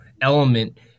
element